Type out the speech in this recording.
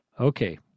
Okay